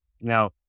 now